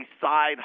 side